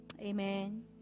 Amen